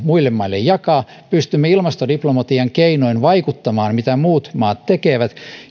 muille maille jakaa pystymme ilmastodiplomatian keinoin vaikuttamaan siihen mitä muut maat tekevät